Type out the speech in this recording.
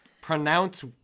Pronounce